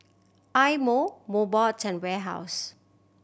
Eye Mo Mobot and Warehouse